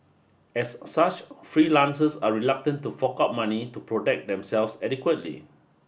as such freelancers are reluctant to fork out money to protect themselves adequately